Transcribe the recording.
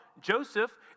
Joseph